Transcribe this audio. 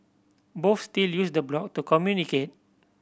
both still use the blog to communicate